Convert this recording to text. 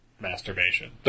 masturbation